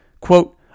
Quote